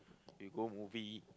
we go movie